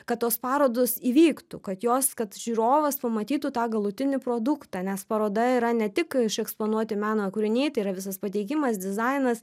kad tos parodos įvyktų kad jos kad žiūrovas pamatytų tą galutinį produktą nes paroda yra ne tik išeksponuoti meno kūriniai tai yra visas pateikimas dizainas